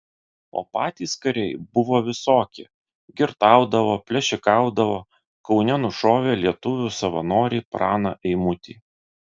o patys kariai buvo visokie girtaudavo plėšikaudavo kaune nušovė lietuvių savanorį praną eimutį